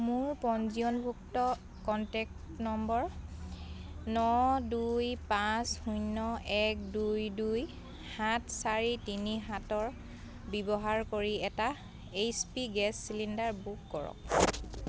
মোৰ পঞ্জীয়নভুক্ত contact number ন দুই পাঁচ শূন্য এক দুই দুই সাত চাৰি তিনি সাতৰ ব্যৱহাৰ কৰি এটা H P gas cylinder book কৰক